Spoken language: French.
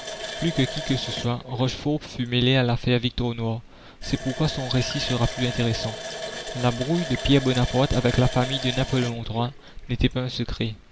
plus que qui que ce soit rochefort fut mêlé à l'affaire victor noir c'est pourquoi son récit sera plus intéressant la brouille de pierre bonaparte avec la famille de napoléon iii n'était pas un secret